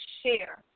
share